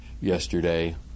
yesterday